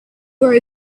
were